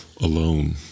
alone